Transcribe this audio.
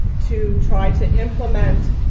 to try to implement